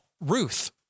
Ruth